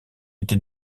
été